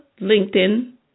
LinkedIn